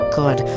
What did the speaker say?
good